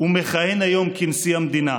ומכהן היום כנשיא המדינה.